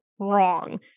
wrong